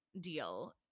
deal